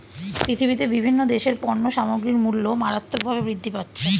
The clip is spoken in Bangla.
পৃথিবীতে বিভিন্ন দেশের পণ্য সামগ্রীর মূল্য মারাত্মকভাবে বৃদ্ধি পাচ্ছে